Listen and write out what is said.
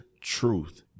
truth